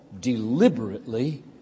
deliberately